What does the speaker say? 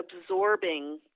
absorbing